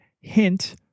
hint